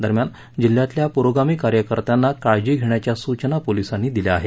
दरम्यान जिल्ह्यातल्या पुरोगामी कार्यकर्त्यांनां काळजी घेण्याच्या सुचना पोलिसांनी दिल्या आहेत